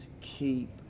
keep